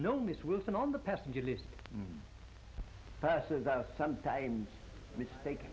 new ms wilson on the passenger list passes out sometimes mistake